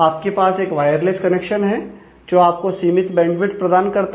आपके पास एक वायरलेस कनेक्शन है जो आपको सीमित बैंडविथ प्रदान करता है